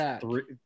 three